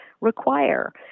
require